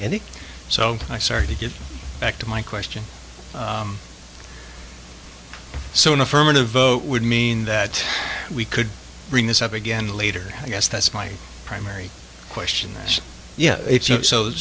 and so i started to get back to my question so an affirmative vote would mean that we could bring this up again later i guess that's my primary question yeah so